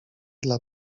dla